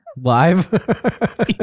live